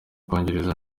bwongereza